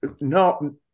No